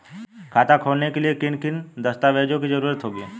खाता खोलने के लिए किन किन दस्तावेजों की जरूरत होगी?